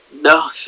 no